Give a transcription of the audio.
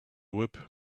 whip